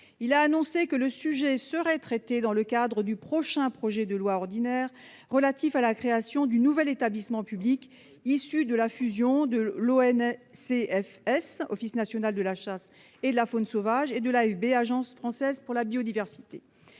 il a annoncé que le sujet serait traité dans le cadre du prochain projet de loi ordinaire relatif à la création du nouvel établissement public issu de la fusion de l'ONCFS, l'Office national de la chasse et de la faune sauvage, et de l'AFB, l'Agence française pour la biodiversité.